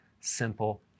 simple